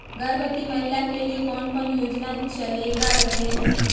गर्भवती महिला के लिए कौन कौन योजना चलेगा रहले है?